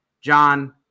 John